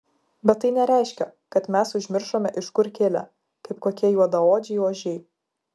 bet tai nereiškia kad mes užmiršome iš kur kilę kaip kokie juodaodžiai ožiai